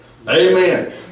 amen